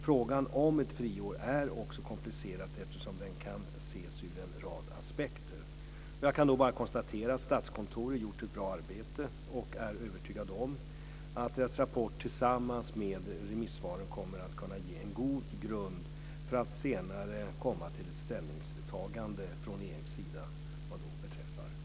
Frågan om ett friår är också komplicerad eftersom den kan ses ur en rad aspekter. Jag kan bara konstatera att Statskontoret har gjort ett bra arbete. Jag är övertygad om att dess rapport tillsammans med remissvaren kommer att kunna ge en god grund för att regeringen senare ska komma till ett ställningstagande vad beträffar friåret.